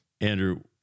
Andrew